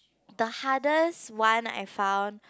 the hardest one I found